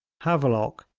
havelock,